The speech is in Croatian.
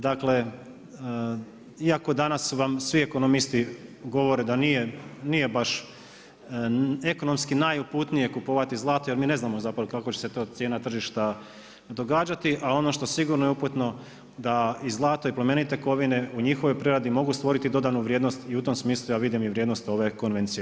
Dakle, iako danas vam svi ekonomisti govore da nije baš ekonomski najuputnije kupovati zlato jer mi ne znamo zapravo kako će se to cijena tržišta događati, a ono što sigurno je uputno da i zlato i plemenite kovine u njihovoj preradi, mogu stvoriti dodanu vrijednost i u tom smislu ja vidim i vrijednost konvencije.